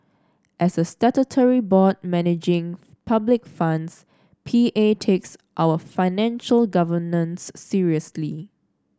as a statutory board managing public funds P A takes our financial governance seriously